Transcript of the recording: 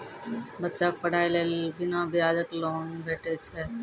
बच्चाक पढ़ाईक लेल बिना ब्याजक लोन भेटै छै?